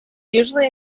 usually